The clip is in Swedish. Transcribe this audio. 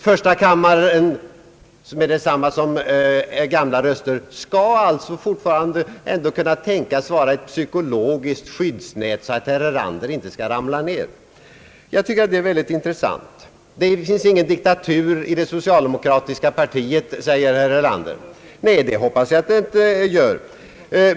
Första kammaren — som är detsamma som gamla röster — skall fortfarande ändå kunna tänkas vara ett psykologiskt skyddsnät, så att herr Erlander inte skall ramla ned. Jag tycker att det är väldigt intressant. Det finns ingen diktatur i det socialdemokratiska partiet, säger herr Erlander. Nej, det hoppas jag.